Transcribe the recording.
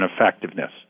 effectiveness